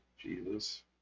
Jesus